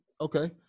Okay